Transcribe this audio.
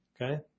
okay